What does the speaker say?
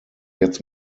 jetzt